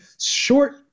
short